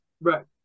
Right